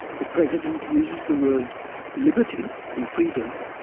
the president uses the words liberty and freedom,